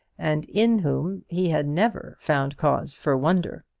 and in whom he had never found cause for wonder.